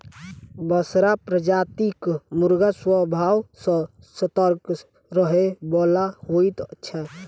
बसरा प्रजातिक मुर्गा स्वभाव सॅ सतर्क रहयबला होइत छै